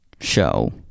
show